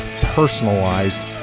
personalized